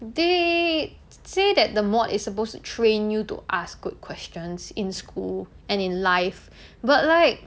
they say that the mod is supposed to train you to ask good questions in school and in life but like